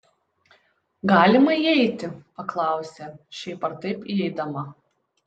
galima įeiti paklausė šiaip ar taip įeidama